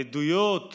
העדויות